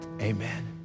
Amen